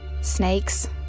Snakes